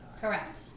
Correct